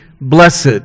blessed